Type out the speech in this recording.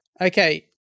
Okay